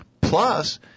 plus